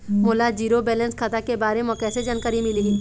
मोला zero balance खाता के बारे म कैसे जानकारी मिलही?